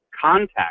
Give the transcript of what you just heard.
contact